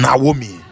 Naomi